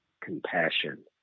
compassion